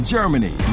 Germany